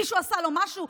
מישהו עשה לו משהו?